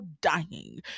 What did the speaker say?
dying